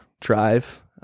drive